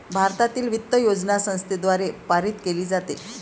भारतातील वित्त योजना संसदेद्वारे पारित केली जाते